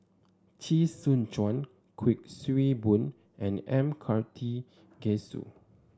Chee Soon Juan Kuik Swee Boon and M Karthigesu